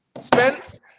Spence